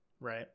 right